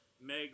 Meg